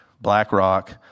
BlackRock